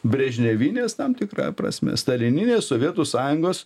brežnevinės tam tikra prasme stalininės sovietų sąjungos